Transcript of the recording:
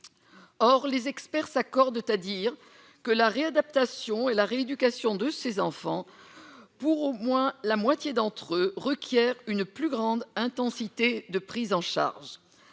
or les experts s'accordent à dire que la réadaptation et la rééducation de ses enfants, pour au moins la moitié d'entre eux, requiert une plus grande intensité de prise en charge,